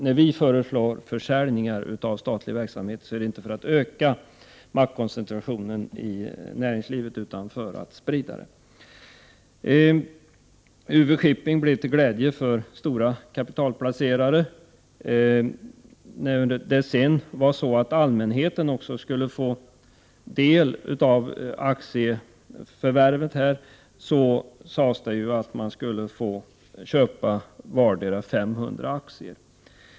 När vi föreslog försäljningar av statlig verksamhet var det inte för att öka maktkoncentrationen i näringslivet utan för att sprida den. UV-Shipping-affären blev till glädje för stora kapitalplacerare. Men allmänheten skulle också få del av aktieförvärvet. Det sades att man skulle få köpa aktieposter på vardera 500 aktier.